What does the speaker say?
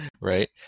right